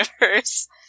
Universe